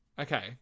Okay